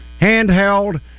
handheld